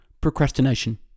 Procrastination